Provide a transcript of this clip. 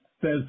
says